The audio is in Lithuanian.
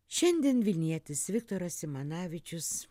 šiandien vilnietis viktoras simanavičius